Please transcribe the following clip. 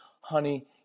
honey